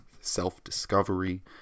self-discovery